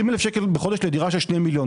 20,000 בחודש לדירה של 2 מיליון.